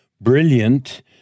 brilliant